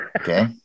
okay